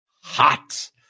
Hot